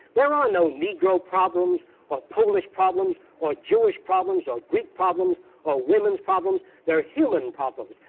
there are no negro problems or polish problems or jewish problems or greek problems or women's problems there are human problems!